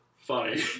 funny